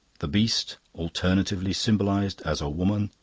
the beast, alternatively symbolised as a woman,